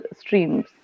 streams